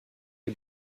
les